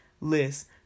list